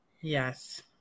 Yes